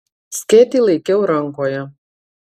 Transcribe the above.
skėtį laikiau rankoje